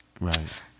Right